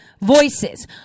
voices